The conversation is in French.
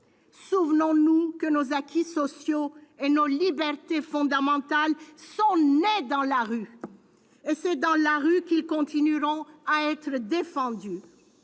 Souvenons-nous que nos acquis sociaux et nos libertés fondamentales sont nés dans la rue. Et c'est dans la rue qu'ils continueront à être défendus